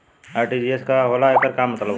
RTGS का होला एकर का मतलब होला?